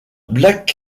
black